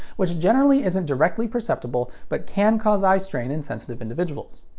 which generally isn't directly perceptible, but can cause eye strain in sensitive individuals.